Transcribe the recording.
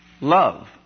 love